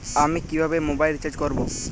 আমি কিভাবে mobile recharge করব?